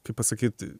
kaip pasakyt